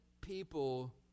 people